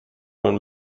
und